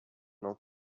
não